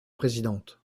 présidente